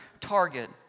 target